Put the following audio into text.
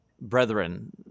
brethren